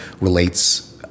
relates